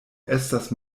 estas